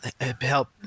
help